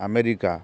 America